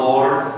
Lord